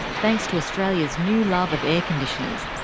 thanks to australia's new love of air-conditioners,